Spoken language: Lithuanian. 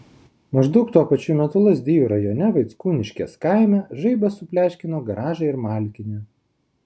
maždaug tuo pačiu metu lazdijų rajone vaickūniškės kaime žaibas supleškino garažą ir malkinę